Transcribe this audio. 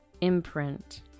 imprint